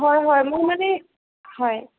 হয় হয় মোক মানে হয়